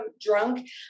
drunk